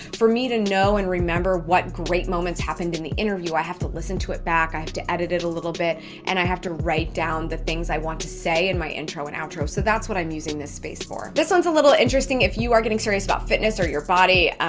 for me to know and remember what great moments happened in the interview, i have to listen to it back, i have to edit it a little bit and i have to write down the things i want to say in my intro and outro. so that's what i'm using this space for. this one's a little interesting if you are getting serious about fitness or your body,